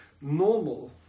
normal